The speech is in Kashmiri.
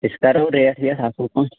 أسۍ کَرو ریٹ ویٹ اَصٕل پٲٹھۍ